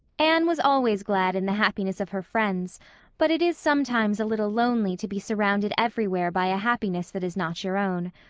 anne was always glad in the happiness of her friends but it is sometimes a little lonely to be surrounded everywhere by a happiness that is not your own.